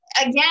again